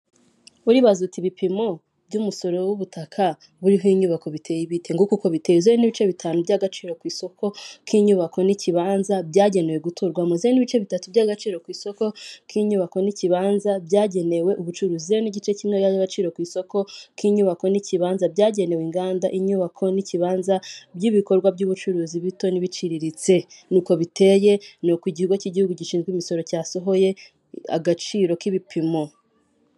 Uribaza uti ibipimo by'umusoro w'ubutaka buriho inyubako biteye bite? Nguku uko biteye, zeru n'ibice bitanu by'agaciro ku isoko k'inyubako n'ikibanza byagenewe guturwamo, zeru n'ibice bitatu by'agaciro ku isoko k'inyubako n'ikibanza byagenewe ubucuruzi, zeru n'igice kimwe by'agaciro ku isoko k'inyubako n'ikibanza byagenewe inganda, inyubako n'ikibanza by'ibikorwa by'ubucuruzi bito n'ibiciriritse. Ni uko biteye, ni uko ikigo cy'igihugu gishinzwe imisoro cyasohoye agaciro k'ibipimo.